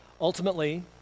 Ultimately